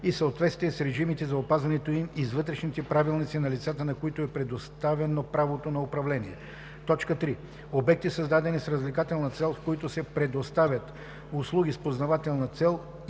в съответствие с режимите за опазването им и с вътрешните правилници на лицата, на които е предоставено правото на управление; 3. обекти, създадени с развлекателна цел, в които се предоставят услуги с познавателна цел